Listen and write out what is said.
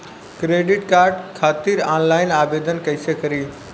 Credit card खातिर online आवेदन कइसे करि?